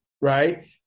Right